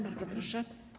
Bardzo proszę.